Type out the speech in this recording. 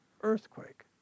earthquake